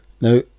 Now